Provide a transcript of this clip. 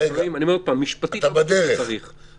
אני אומר עוד פעם, משפטית לא צריך אבל